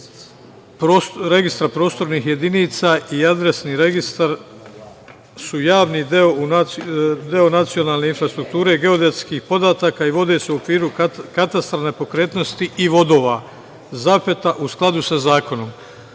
registra prostornih jedinica i adresni registar su javni deo nacionalne infrastrukture, geodetskih podataka i vode se u okviru katastra nepokretnosti i vodova, u skladu sa zakonom. Mi